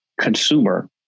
consumer